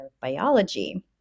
Biology